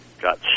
got